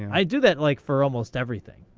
i do that, like, for almost everything.